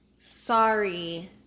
Sorry